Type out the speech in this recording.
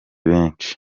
benshi